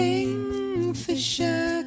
Kingfisher